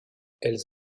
elles